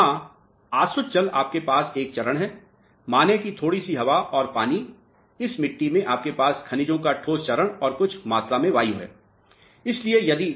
यहां आसुत जल आपके पास एक चरण है माने कि थोड़ी सी हवा और पानी इस मिट्टी में आपके पास खनिजों का ठोस चरण और कुछ मात्रा में वायु है